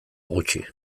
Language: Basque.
gutxi